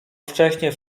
wcześnie